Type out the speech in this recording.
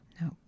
No